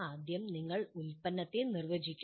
ആദ്യം ഞങ്ങൾ ഉൽപ്പന്നത്തെ നിർവചിക്കുന്നു